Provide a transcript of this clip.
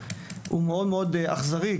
הוא מאוד אכזרי,